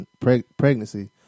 pregnancy